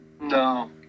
No